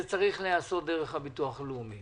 זה צריך להיעשות דרך הביטוח הלאומי?